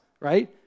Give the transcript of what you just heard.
right